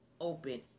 open